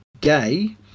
gay